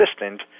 assistant